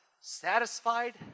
satisfied